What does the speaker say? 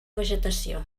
vegetació